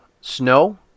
snow